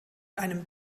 einem